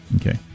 Okay